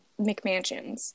mcmansions